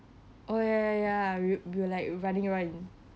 oh ya ya ya we we would like running around and